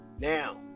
now